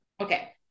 okay